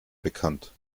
bekannt